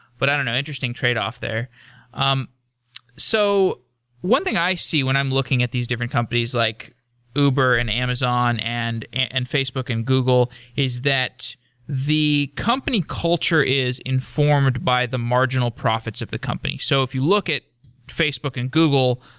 but i don't know. interesting trade off there um so one thing i see when i'm looking at these different companies like uber and amazon and and facebook and google is that the company culture is informed by the marginal profits of the company. so if you look at facebook and google,